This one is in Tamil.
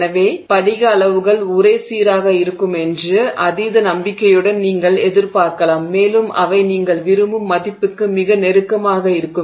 எனவே ஆகையால் படிக அளவுகள் ஒரே சீராக இருக்கும் என்று அதீத நம்பிக்கையுடன் நீங்கள் எதிர்பார்க்கலாம் மேலும் அவை நீங்கள் விரும்பும் மதிப்புக்கு மிக நெருக்கமாக இருக்கும்